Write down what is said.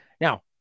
Now